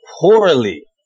poorly